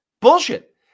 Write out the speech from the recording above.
Bullshit